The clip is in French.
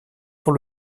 pour